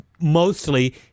mostly